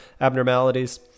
abnormalities